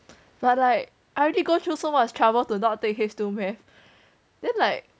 but like I already go through so much trouble to not take H two math then like